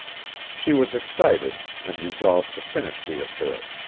she was excited, and resolved to finish the affair,